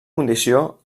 condició